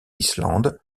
islande